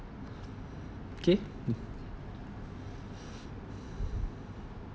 okay